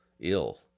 ill